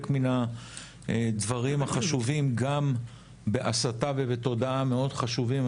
מן הדברים החשובים גם בהסתה ובתודעה מאוד חשובים.